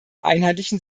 einheitlichen